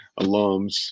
alums